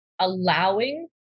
allowing